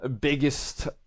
biggest